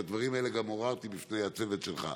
ואת הדברים האלה גם עוררתי לפני הצוות שלך: